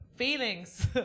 Feelings